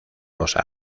los